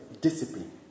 discipline